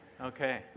Okay